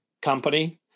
company